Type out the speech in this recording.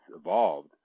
evolved